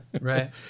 right